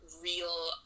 real